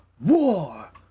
War